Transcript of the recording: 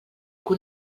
que